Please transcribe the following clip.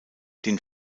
den